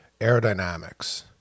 aerodynamics